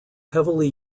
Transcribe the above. heavily